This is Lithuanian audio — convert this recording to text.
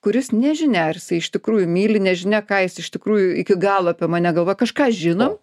kuris nežinia ar jisai iš tikrųjų myli nežinia ką jis iš tikrųjų iki galo apie mane galvoja kažką žinom